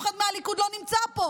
אף אחד מהליכוד לא נמצא פה,